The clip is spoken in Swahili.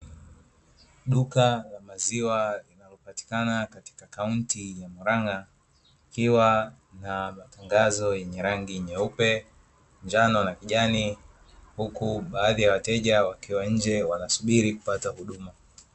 Duka la maziwa linalopatikana katika akaunti ya Mulang'a ikiwa na matangazo yenye rangi nyeupe, njano na kijani. Huku baadhi ya wateja wakiwa nje wanasubiri kupata huduma.